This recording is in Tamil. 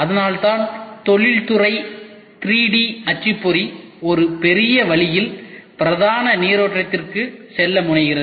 அதனால்தான் தொழில்துறை 3D அச்சுப்பொறி ஒரு பெரிய வழியில் பிரதான நீரோட்டத்திற்கு செல்ல முனைகிறது